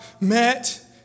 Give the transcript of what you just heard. met